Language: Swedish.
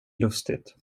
lustigt